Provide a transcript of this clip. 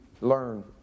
learn